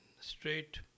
straight